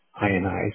ionized